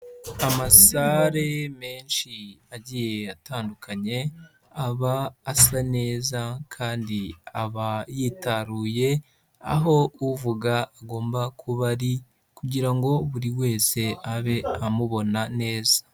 Amasare menshi agiye atandukanye aba asa neza, kandi aba yitaruye aho uvuga agomba kuba ari kugira ngo buri wese abe amubona neza.